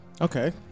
okay